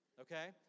okay